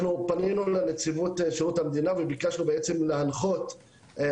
אנחנו פנינו לנציבות שירות המדינה וביקשנו בעצם להנחות את